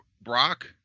Brock